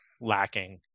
lacking